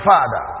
Father